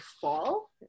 fall